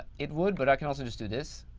it would, but i can also just do this.